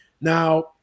Now